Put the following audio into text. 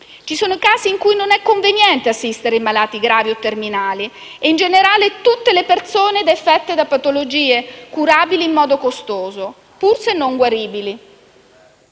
Ci sono casi in cui non è conveniente assistere i malati gravi o terminali e, in generale, tutte le persone affette da patologie curabili in modo costoso, pur se non guaribili.